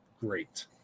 great